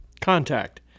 contact